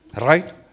Right